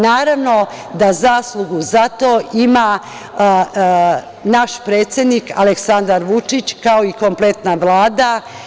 Naravno da zaslugu za to ima naš predsednik Aleksandar Vučić, kao i kompletna Vlada.